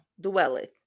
dwelleth